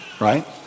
right